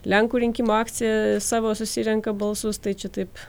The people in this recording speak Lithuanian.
lenkų rinkimų akcija savo susirenka balsus tai čia taip